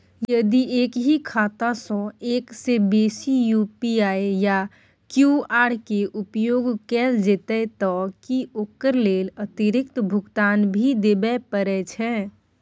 यदि एक ही खाता सं एक से बेसी यु.पी.आई या क्यू.आर के उपयोग कैल जेतै त की ओकर लेल अतिरिक्त भुगतान भी देबै परै छै?